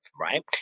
right